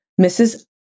Mrs